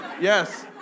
Yes